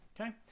okay